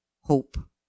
hope